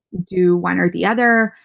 do one or the other?